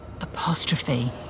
apostrophe